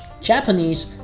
Japanese